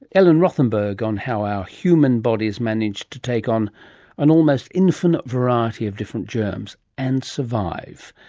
ellen rothenberg on how our human bodies manage to take on an almost infinite variety of different germs and survive,